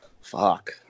Fuck